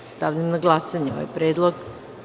Stavljam na glasanje ovaj predlog.